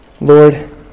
Lord